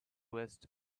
vest